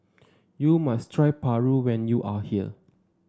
you must try Paru when you are here